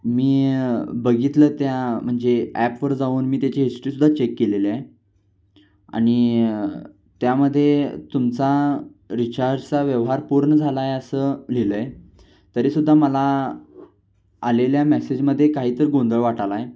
मी बघितलं त्या म्हणजे ॲपवर जाऊन मी त्याची हिस्टरीसुद्धा चेक केलेले आहे आणि त्यामध्ये तुमचा रिचार्जचा व्यवहार पूर्ण झाला आहे असं लिहिलं आहे तरीसुद्धा मला आलेल्या मेसेजमध्ये काहीतरी गोंंधळ वाटालाय